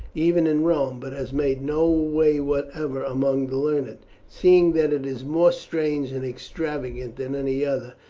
even in rome, but has made no way whatever among the learned, seeing that it is more strange and extravagant than any other.